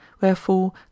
Wherefore